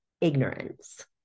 ignorance